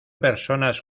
personas